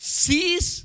sees